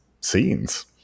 scenes